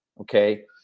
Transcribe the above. okay